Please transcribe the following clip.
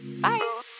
Bye